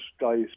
guys